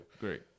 Great